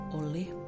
oleh